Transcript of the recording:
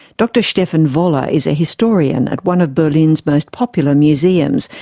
dr stefan wolle ah is a historian at one of berlin's most popular museums,